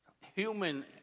human